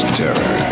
terror